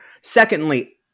Secondly